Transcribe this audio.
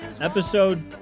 Episode